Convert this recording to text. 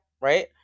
Right